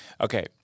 Okay